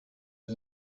was